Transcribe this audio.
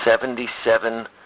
Seventy-seven